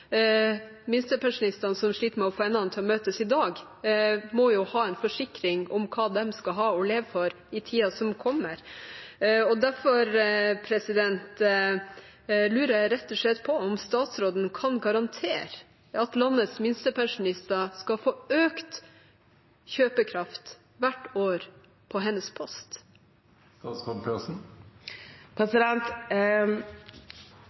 Minstepensjonistene, som sliter med å få endene til å møtes i dag, må jo ha en forsikring om hva de skal ha å leve for i tiden som kommer. Og derfor lurer jeg rett og slett på om statsråden kan garantere at landets minstepensjonister skal få økt kjøpekraft hvert år på hennes